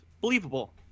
Believable